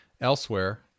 elsewhere